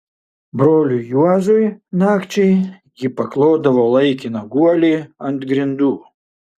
broliui juozui nakčiai ji paklodavo laikiną guolį ant grindų